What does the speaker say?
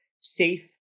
safe